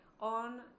on